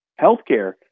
Healthcare